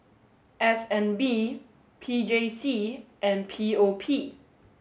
S N B P J C and P O P